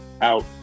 out